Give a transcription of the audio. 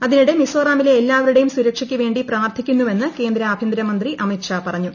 അതിനിടെ മിസോറാമിലെ എല്ലാവരുടെയും സുരക്ഷയ്ക്ക് വേണ്ടി പ്രാർത്ഥിക്കുന്നുവെന്ന് കേന്ദ്ര ആഭ്യന്തരമന്ത്രി അമിത് ഷാ പറഞ്ഞു